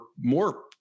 more